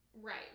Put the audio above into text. Right